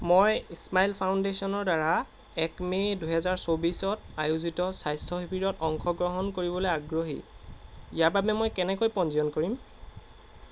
মই স্মাইল ফাউণ্ডেচনৰদ্বাৰা এক মে' দুহেজাৰ চৌবিশত আয়োজিত স্বাস্থ্য শিবিৰত অংশগ্ৰহণ কৰিবলৈ আগ্ৰহী ইয়াৰ বাবে মই কেনেকৈ পঞ্জীয়ন কৰিম